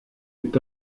est